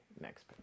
next